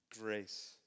Grace